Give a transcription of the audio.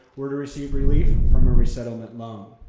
were to receive relief from a resettlement loan,